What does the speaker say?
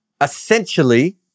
Essentially